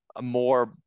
more